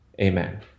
Amen